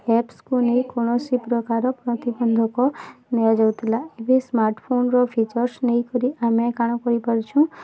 କୁ ନେଇ କୌଣସି ପ୍ରକାର ପ୍ରତିବନ୍ଧକ ନିଆଯାଉଥିଲା ଏବେ ସ୍ମାର୍ଟଫୋନ୍ର ଫିଚର୍ସ ନେଇକରି ଆମେ କାଣା କରିପାରୁଛୁ